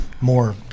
more